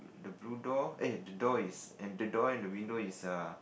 the blue door eh the door is and the door and the window is err